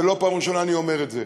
וזו לא הפעם הראשונה שאני אומר את זה: